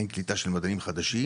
אין קליטה של מדענים חדשים.